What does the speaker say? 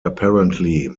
apparently